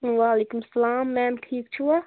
وعلیکم السلام میم ٹھیٖک چھوا